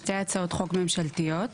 שתי הצעות חוק ממשלתיות,